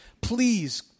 Please